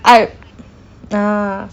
I ya